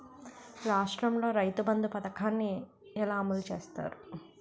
రాష్ట్రంలో రైతుబంధు పథకాన్ని ఎలా అమలు చేస్తారు?